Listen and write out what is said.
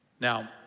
Now